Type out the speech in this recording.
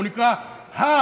והוא נקרא הגינות.